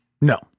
No